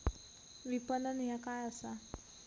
विपणन ह्या काय असा?